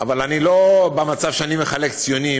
אבל אני לא במצב שאני מחלק ציוניים